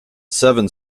seven